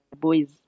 boys